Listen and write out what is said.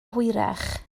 hwyrach